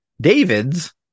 David's